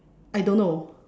I don't know